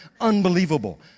unbelievable